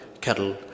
cattle